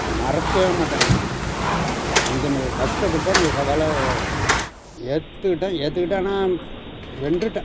மறக்கவே மாட்டேன் என்றைக்கும் அந்த மாரி கஸ்டப்பட்டு அந்த சவாலை ஏற்றுக்கிட்டேன் ஏற்றுக்கிட்டேன்னா வென்றுட்டேன்